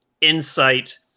insight